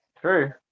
True